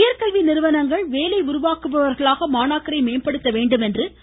உயர்கல்வி நிறுவனங்கள் வேலை உருவாக்குபவர்களாக மாணாக்கரை மேம்படுத்த வேண்டும் என்று தலைவர் திரு